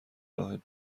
راه